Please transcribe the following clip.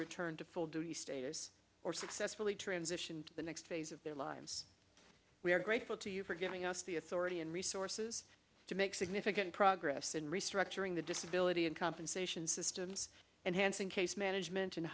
return to full duty status or successfully transition to the next phase of their lives we are grateful to you for giving us the authority and resources to make significant progress in restructuring the disability and compensation systems and hansen case management